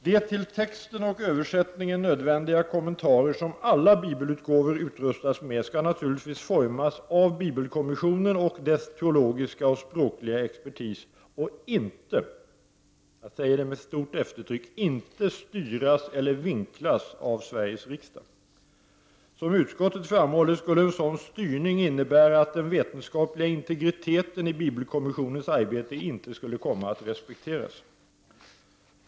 De till texten och översättningen nödvändiga kommentarer som alla bibelutgåvor utrustats med skall naturligtvis formas av bibelkommissionen och dess teologiska och språkliga expertis och inte — jag säger det med stort eftertryck — styras eller vinklas av Sveriges riksdag. Som utskottet framhåller skulle en sådan styrning innebära att den vetenskapliga integriteten i bibelkommissionens arbete inte skulle komma att respekteras.